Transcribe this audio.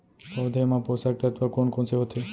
पौधे मा पोसक तत्व कोन कोन से होथे?